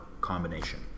combination